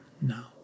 now